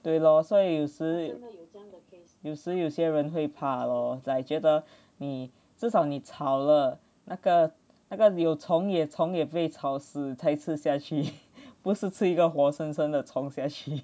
对 lor 所以有时有时有些人会怕 lor is like 觉得你至少你炒了那个那个有虫也虫也不会炒死才吃下去不是吃一个活生生的虫下去